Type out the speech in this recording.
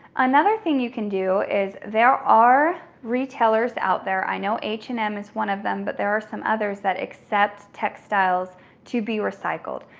another thing you can do is, there are retailers out there, i know h and m is one of them, but there are some others that accept textiles to be recycled.